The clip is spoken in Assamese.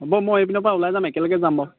হ'ব মই এইপিনৰপৰা ওলাই যাম একেলগে যাম বাৰু